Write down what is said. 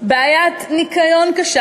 בעיית ניקיון קשה,